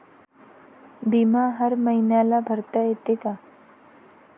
बिमा हर मईन्याले भरता येते का?